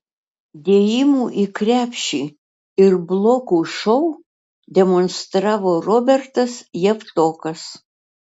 dėjimų į krepšį ir blokų šou demonstravo robertas javtokas